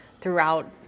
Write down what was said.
throughout